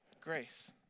Grace